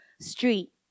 street